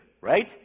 right